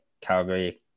Calgary